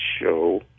show